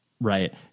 Right